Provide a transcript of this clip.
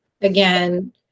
again